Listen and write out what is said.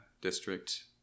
district